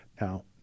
Now